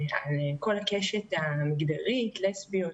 על כל הקשת המגדרית לסביות,